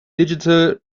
digital